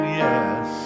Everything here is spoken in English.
yes